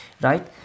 right